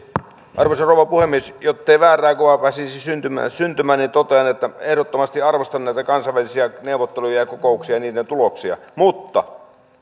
arvoisa rouva puhemies jottei väärää kuvaa pääsisi syntymään niin totean että ehdottomasti arvostan näitä kansainvälisiä neuvotteluja ja kokouksia ja niiden tuloksia mutta